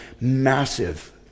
massive